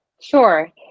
Sure